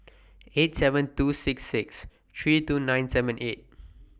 eight seven two six six three two nine seven eight